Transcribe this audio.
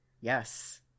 Yes